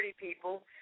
people